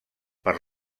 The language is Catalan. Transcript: per